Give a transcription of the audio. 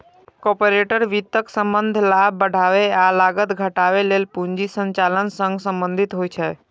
corporate वित्तक संबंध लाभ बढ़ाबै आ लागत घटाबै लेल पूंजी संचालन सं संबंधित होइ छै